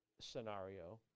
scenario